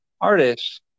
artist